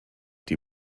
die